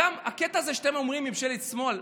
והקטע הזה שאתם אומרים שזו ממשלת שמאל,